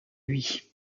lui